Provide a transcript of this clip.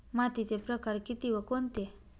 मातीचे प्रकार किती व कोणते?